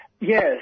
Yes